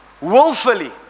willfully